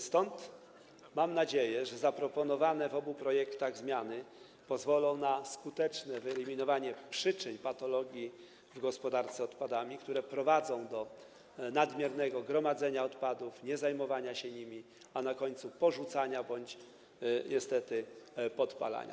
Stąd mam nadzieję, że zaproponowane w obu projektach zmiany pozwolą na skuteczne wyeliminowanie przyczyn patologii w gospodarce odpadami, które prowadzą do nadmiernego gromadzenia odpadów, niezajmowania się nimi, a na końcu ich porzucania bądź niestety podpalania.